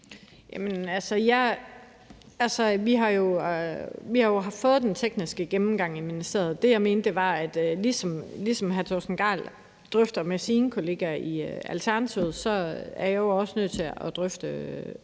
Vi har jo fået den tekniske gennemgang i ministeriet. Det, jeg mente, var jo, at jeg, ligesom hr. Torsten Gejl drøfter det med sine kollegaer i Alternativet, også er nødt til at drøfte